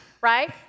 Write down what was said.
Right